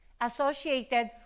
associated